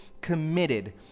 committed